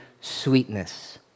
sweetness